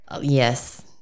Yes